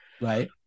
right